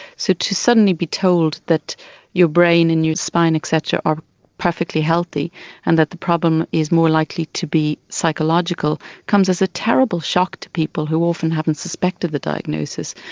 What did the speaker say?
so to suddenly be told that your brain and your spine et cetera are perfectly healthy and that the problem is more likely to be psychological comes as a terrible shock to people who often haven't suspected the diagnosis.